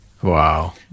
wow